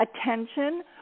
attention